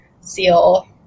seal